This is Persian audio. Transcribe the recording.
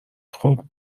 خوب